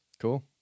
Cool